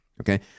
okay